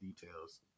details